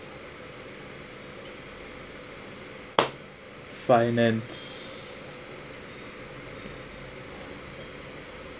finance